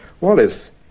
Wallace